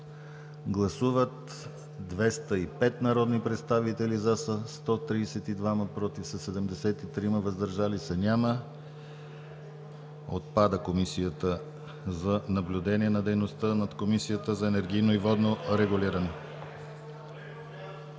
Гласували 205 народни представители: за 132, против 73, въздържали се няма. Отпада Комисията за наблюдение на дейността над Комисията за енергийно и водно регулиране.